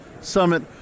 summit